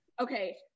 okay